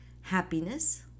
Happiness